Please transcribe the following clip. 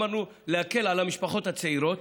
אמרנו: נקל על המשפחות הצעירות,